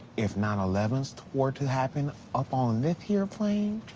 if nine eleventh were to happen up on this here plane,